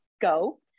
go